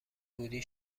بودی